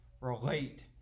relate